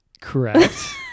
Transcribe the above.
Correct